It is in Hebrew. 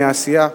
מהסיעה